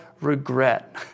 regret